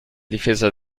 difesa